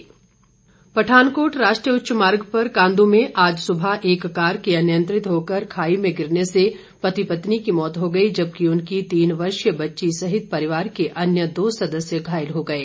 दुर्घटना पठानकोट राष्ट्रीय उच्च मार्ग पर कांदू में आज सुबह हुए एक कार के अनियंत्रित होकर खाई में गिरने से पति पत्नी की मौत हो गई जबकि उनकी तीन वर्षीय बच्ची सहित परिवार के अन्य दो सदस्य घायल हो गए